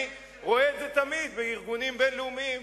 אני רואה את זה תמיד בארגונים בין-לאומיים.